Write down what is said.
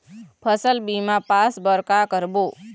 फसल बीमा पास बर का करबो?